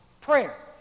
prayer